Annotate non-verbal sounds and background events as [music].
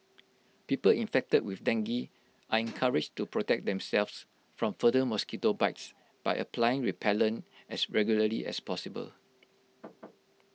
people infected with dengue are [noise] encouraged to protect themselves from further mosquito bites by applying repellent as regularly as possible